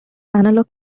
analog